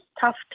tough